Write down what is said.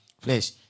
flesh